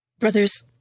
Brothers